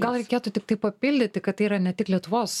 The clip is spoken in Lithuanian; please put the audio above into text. gal reikėtų tiktai papildyti kad tai yra ne tik lietuvos